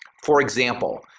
for example,